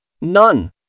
None